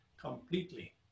completely